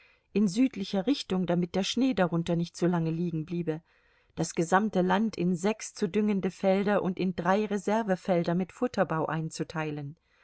in südlicher richtung damit der schnee darunter nicht zu lange liegenbleibe das gesamte land in sechs zu düngende felder und in drei reservefelder mit futterbau einzuteilen